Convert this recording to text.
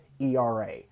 ERA